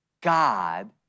God